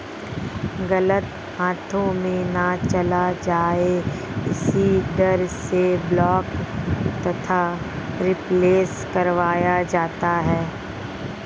गलत हाथों में ना चला जाए इसी डर से ब्लॉक तथा रिप्लेस करवाया जाता है